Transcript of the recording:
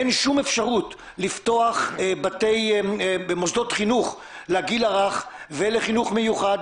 אין שום אפשרות לפתוח במוסדות חינוך לגיל הרך ולחינוך מיוחד,